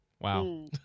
wow